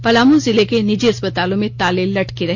पलामू जिले के निजी अस्पतालों में ताले लटके रहे